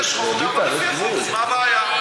מה הבעיה?